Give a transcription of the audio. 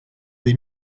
des